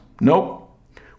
nope